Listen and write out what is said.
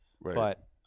but-